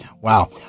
Wow